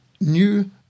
new